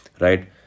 right